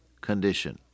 condition